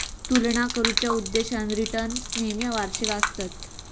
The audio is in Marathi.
तुलना करुच्या उद्देशान रिटर्न्स नेहमी वार्षिक आसतत